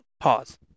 Pause